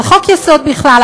על חוק-יסוד בכלל,